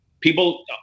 people